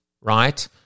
right